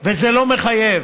וזה לא מחייב,